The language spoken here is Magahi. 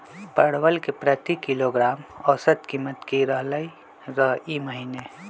परवल के प्रति किलोग्राम औसत कीमत की रहलई र ई महीने?